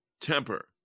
temper